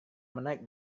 menarik